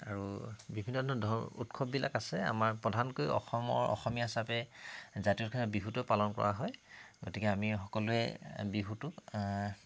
আৰু বিভিন্ন ধৰণৰ উৎসৱবিলাক আছে আমাৰ প্ৰধানকৈ অসমৰ অসমীয়া হিচাপে জাতীয় উৎসৱ বিহুটোৱে পালন কৰা হয় গতিকে আমি সকলোৱে বিহুটোক